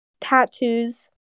tattoos